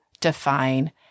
define